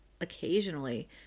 occasionally